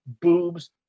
boobs